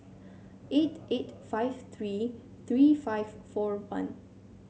eight eight five three three five four one